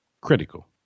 Critical